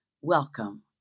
Welcome